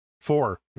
Four